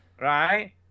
Right